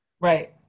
Right